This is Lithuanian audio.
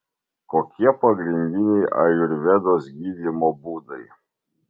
kokie pagrindiniai ajurvedos gydymo būdai